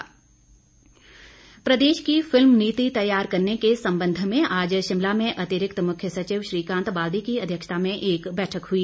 बाल्दी प्रदेश की फिल्म नीति तैयार करने के संबंध में आज शिमला में अतिरिक्त मुख्य सचिव श्रीकांत बाल्दी की अध्यक्षता में एक बैठक हुई